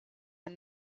and